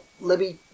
Libby